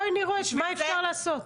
בואי נראה מה אפשר לעשות.